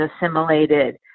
assimilated